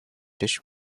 dish